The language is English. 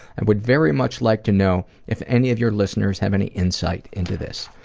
and would very much like to know if any of your listeners have any insight into this.